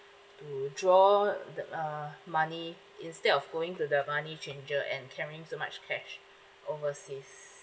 to draw the uh money instead of going to the money changer and carrying so much cash overseas